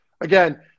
again